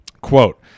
Quote